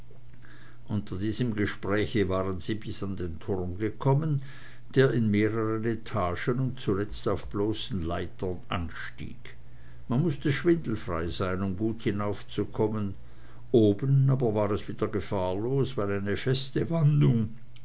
unter diesem gespräche waren sie bis an den turm gekommen der in mehreren etagen und zuletzt auf bloßen leitern anstieg man mußte schwindelfrei sein um gut hinaufzukommen oben aber war es wieder gefahrlos weil eine feste wandung